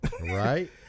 Right